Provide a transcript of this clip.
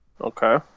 Okay